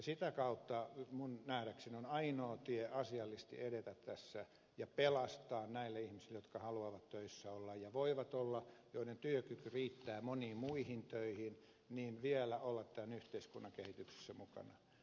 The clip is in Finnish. sitä kautta minun nähdäkseni on ainoa tie asiallisesti edetä tässä ja pelastaa näille ihmisille jotka haluavat töissä olla ja voivat olla joiden työkyky riittää moniin muihin töihin mahdollisuus vielä olla tämän yhteiskunnan kehityksessä mukana